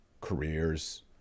careers